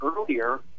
earlier